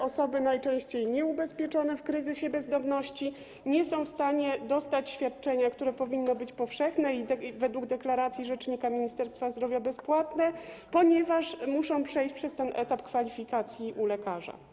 Osoby, najczęściej nieubezpieczone, w kryzysie bezdomności nie są w stanie otrzymać świadczenia, które powinno być powszechne i według deklaracji rzecznika Ministerstwa Zdrowia - bezpłatne, ponieważ muszą przejść przez ten etap kwalifikacji u lekarza.